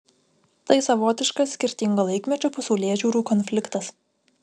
tai savotiškas skirtingo laikmečio pasaulėžiūrų konfliktas